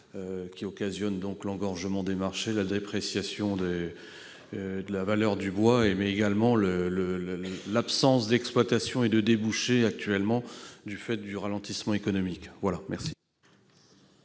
provoquent l'engorgement des marchés, la dépréciation de la valeur du bois, mais également l'absence d'exploitation et de débouchés du fait du ralentissement économique. La parole